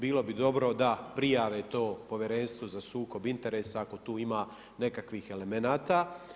Bilo bi dobro da prijave to Povjerenstvu za sukob interesa ako tu ima nekakvih elemenata.